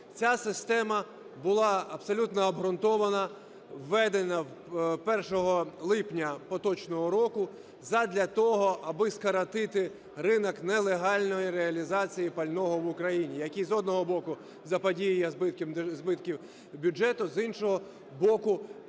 Ця система була абсолютно обґрунтовано введена 1 липня поточного року задля того, аби скоротити ринок нелегальної реалізації пального в Україні, який, з одного боку, заподіює збитки бюджету, з іншого боку –